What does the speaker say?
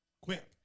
Quick